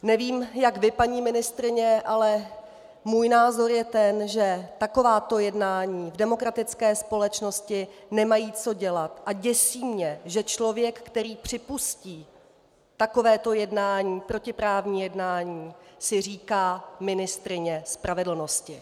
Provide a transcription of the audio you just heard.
Nevím jak vy, paní ministryně, ale můj názor je ten, že takováto jednání v demokratické společnosti nemají co dělat, a děsí mě, že člověk, který připustí takovéto jednání, protiprávní jednání, si říká ministryně spravedlnosti.